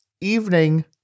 evening